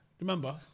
Remember